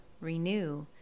renew